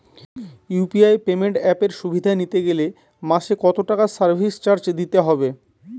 UPI payment অ্যাপের সুবিধা নিতে গেলে মাসে কত টাকা সার্ভিস চার্জ দিতে হবে?